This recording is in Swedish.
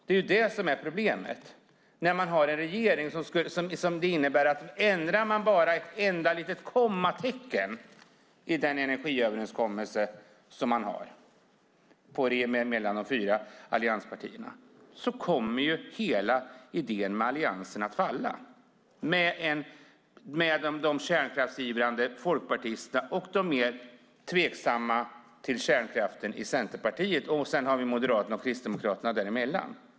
Det är problemet när vi har en regering som gör att ändrar man bara ett enda litet kommatecken i energiöverenskommelsen mellan de fyra allianspartierna kommer hela idén med Alliansen att falla, med de kärnkraftsivrande folkpartisterna, de till kärnkraften mer tveksamma centerpartisterna och Moderaterna och Kristdemokraterna däremellan.